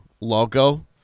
logo